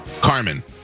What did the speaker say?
Carmen